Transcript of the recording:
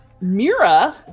Mira